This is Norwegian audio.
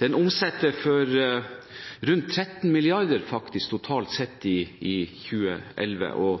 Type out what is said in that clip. Den omsatte faktisk totalt sett for rundt 13 mrd. kr i 2011.